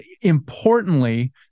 importantly